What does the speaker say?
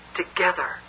together